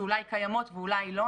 שאולי קיימות ואולי לא,